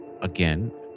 again